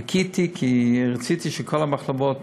חיכיתי, כי רציתי שכל המחלבות